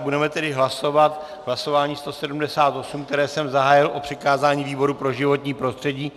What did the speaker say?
Budeme tedy hlasovat v hlasování číslo 178, které jsem zahájil, o přikázání výboru pro životní prostředí.